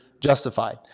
justified